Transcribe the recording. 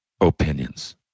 opinions